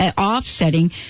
offsetting